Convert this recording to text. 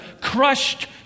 crushed